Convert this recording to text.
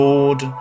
Lord